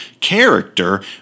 character